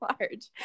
large